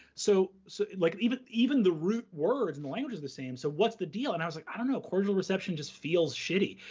so so like even even the root words and the language is the same, so what's the deal? and i was like, i don't know. cordial reception just feels shitty.